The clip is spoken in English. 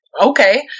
okay